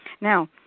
Now